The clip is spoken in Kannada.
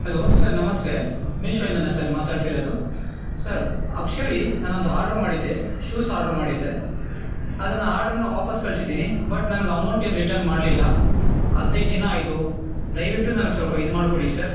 ಹಲೋ ಸರ್ ನಮಸ್ತೆ ಮೀಶೋಯಿಂದನಾ ಸರ್ ಮಾತಾಡ್ತಿರೋದು ಸರ್ ಆ್ಯಕ್ಚುಲಿ ನಾನೊಂದು ಹಾರ್ಡ್ರ್ ಮಾಡಿದ್ದೆ ಶೂಸ್ ಆರ್ಡ್ರ್ ಮಾಡಿದ್ದೆ ಅದನ್ನು ಹಾರ್ಡ್ರ್ನ ವಾಪಸ್ ಕಳಿಸಿದ್ದೀನಿ ಬಟ್ ನನ್ಗೆ ಅಮೌಂಟೇನ್ ರಿಟರ್ನ್ ಮಾಡಲಿಲ್ಲ ಹದಿನೈದು ದಿನ ಆಯಿತು ದಯವಿಟ್ಟು ನನ್ಗೆ ಸ್ವಲ್ಪ ಇದು ಮಾಡಿಕೊಡಿ ಸರ್